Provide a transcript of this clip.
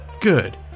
good